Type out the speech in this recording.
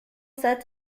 said